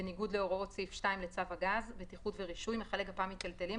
בניגוד להוראות סעיף 2 לצו הגז (בטיחות ורישוי) (מכלי גפ"מ מיטלטלים),